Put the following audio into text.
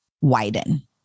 widen